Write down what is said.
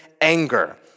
anger